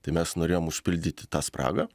tai mes norėjom užpildyti tą spragą